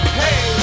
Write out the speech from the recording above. hey